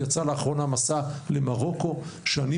לאחרונה יצא מסע למרוקו ויש